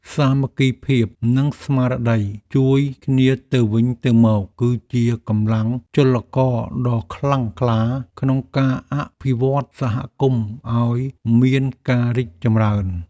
សាមគ្គីភាពនិងស្មារតីជួយគ្នាទៅវិញទៅមក គឺជាកម្លាំងចលករដ៏ខ្លាំងក្លាក្នុងការអភិវឌ្ឍសហគមន៍ឱ្យមានការរីកចម្រើន។